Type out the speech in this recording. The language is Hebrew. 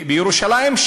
בירושלים,